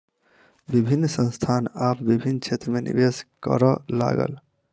विभिन्न संस्थान आब विभिन्न क्षेत्र में निवेश करअ लागल